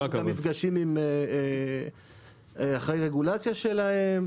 ניהלנו כמה מפגשים עם אחראי רגולציה שלהם.